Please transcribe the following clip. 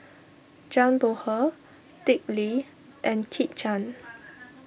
Zhang Bohe Dick Lee and Kit Chan